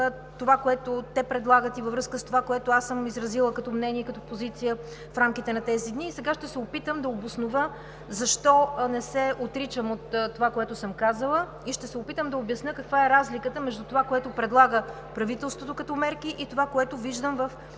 това, което те предлагат, и във връзка с това, което аз съм изразила като мнение и като позиция в рамките на тези дни. Сега ще се опитам да обоснова защо не се отричам от това, което съм казала. Ще се опитам да обясня каква е разликата между това, което предлага правителството като мерки, и това, което виждам в